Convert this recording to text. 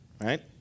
right